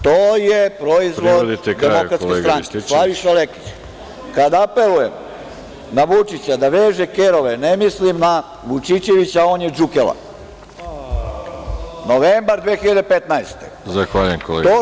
To je proizvod DS, Slaviša Lekić – kada apelujem na Vučića da veže kerove, ne mislim na Vučićevića, on je džukela, novembar 2015. godine.